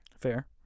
Fair